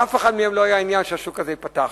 לאף אחת מהן לא היה עניין שהשוק הזה ייפתח,